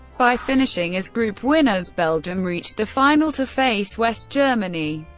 by finishing as group winners, belgium reached the final, to face west germany.